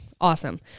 Awesome